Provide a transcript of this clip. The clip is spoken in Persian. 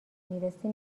میرسه